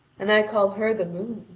and i call her the moon,